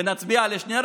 ככה